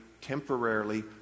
temporarily